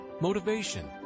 motivation